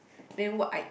then what I